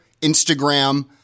Instagram